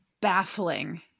baffling